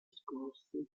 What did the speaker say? discorsi